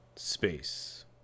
Space